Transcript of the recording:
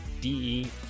DE